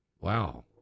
Wow